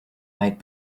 might